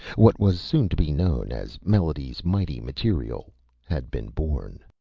what was soon to be known as melody's mighty material had been born.